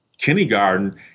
kindergarten